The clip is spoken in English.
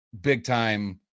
big-time